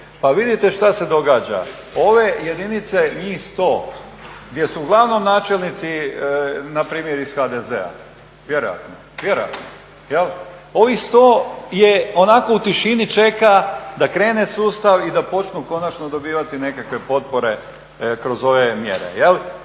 Pa vidite šta se događa, ove jedinice njih 100 gdje su uglavnom načelnici npr. Iz HDZ-a vjerojatno, ovih 100 onako u tišini čeka da krene sustav i da počnu konačno dobivati nekakve potpore kroz ove mjere i